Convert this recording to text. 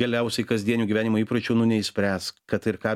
galiausiai kasdienių gyvenimo įpročių nu neišspręs kad ir ką